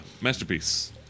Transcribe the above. masterpiece